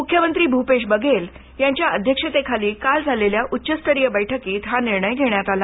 मुख्यमंत्री भूपेश बघेल यांच्या अध्यक्षतेखाली काल झालेल्या उच्चस्तरीय बैठकीत हा निर्णय घेण्यात आला